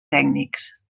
tècnics